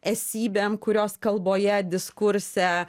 esybėm kurios kalboje diskurse